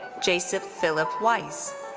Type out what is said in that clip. jason phillip weis.